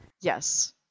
Yes